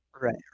Right